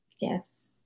Yes